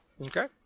Okay